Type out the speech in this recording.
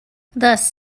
thus